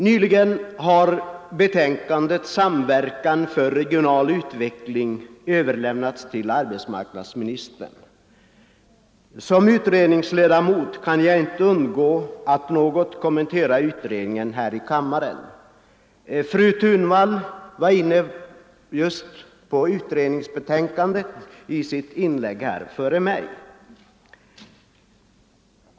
Nyligen har betänkandet Samverkan för regional utveckling överlämnats till arbetsmarknadsministern. Som utredningsledamot kan jag inte underlåta att här i kammaren något kommentera betänkandet. Fru Thunvall var i sitt anförande här nyss inne på betänkandet.